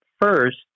First